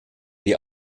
die